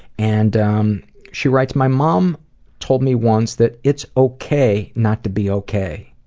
and um she writes my mom told me once that it's ok not to be ok.